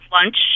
lunch